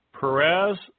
Perez